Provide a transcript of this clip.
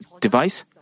device